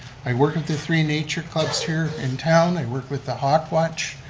i work with the three nature clubs here in town, i work with the hawkwatch